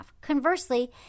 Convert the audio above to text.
Conversely